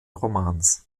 romans